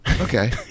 Okay